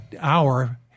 hour